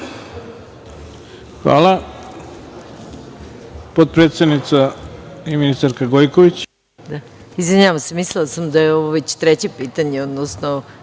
Hvala